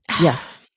yes